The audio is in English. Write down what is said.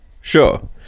Sure